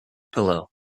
pillow